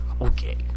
okay